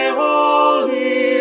holy